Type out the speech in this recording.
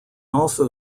also